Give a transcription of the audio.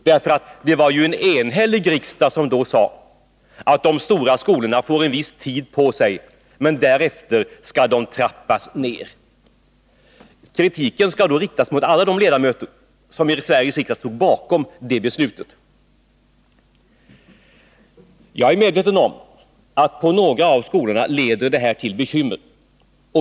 Det var ju en enhällig riksdag som då sade att de stora skolorna får en viss tid på sig, men därefter skall deras verksamhet trappas ner. Jag är medveten om att för några av skolorna leder det här till bekymmer.